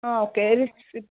okay